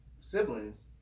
siblings